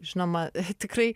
žinoma tikrai